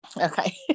Okay